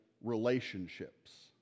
relationships